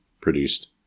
produced